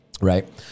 Right